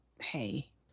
hey